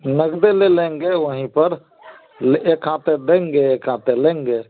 नगदे ले लेंगे वहीं पर ले एक हाँते देंगे एक हाँते लेंगे